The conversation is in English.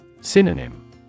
Synonym